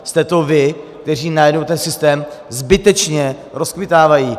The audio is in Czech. Jste to vy, kteří najednou ten systém zbytečně rozkmitávají.